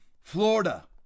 Florida